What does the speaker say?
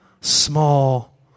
small